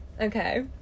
okay